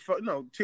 no